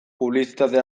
publizitate